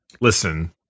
Listen